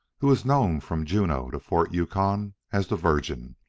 who was known from juneau to fort yukon as the virgin.